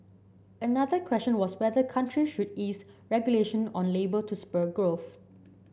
another question was whether country should ease regulation on labour to spur growth